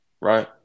right